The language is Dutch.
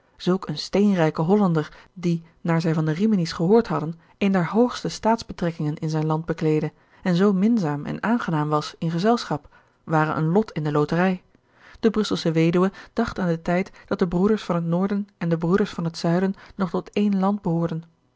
zulk een steenrijke hollander die naar zij van de rimini's gehoord hadden een der hoogste staatsbetrekkingen in zijn land bekleedde en zoo minzaam en aangenaam was in gezelschap ware een lot in de loterij de brusselsche weduwe dacht aan den tijd dat de broeders van het noorden en de broeders van het zuiden nog tot één land behoorden